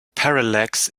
parallax